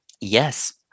yes